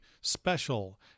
special